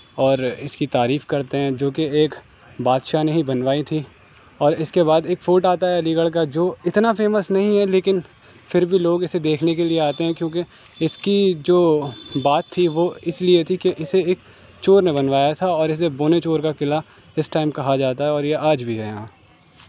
اور اس کی تعریف کرتے ہیں جو کہ ایک بادشاہ نے ہی بنوائی تھی اور اس کے بعد ایک فورٹ آتا ہے علی گڑھ کا جو اتنا فیمس نہیں ہے لیکن پھر بھی لوگ اسے دیکھنے کے لیے آتے ہیں کیونکہ اس کی جو بات تھی وہ اس لیے تھی کہ اسے ایک چور نے بنوایا تھا اور اسے بونے چور کا قلعہ اس ٹائم کہا جاتا ہے اور یہ آج بھی ہے یہاں